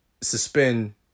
suspend